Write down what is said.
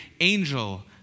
angel